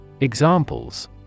Examples